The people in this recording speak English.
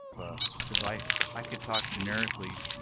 cuz i i could talk generically,